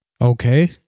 okay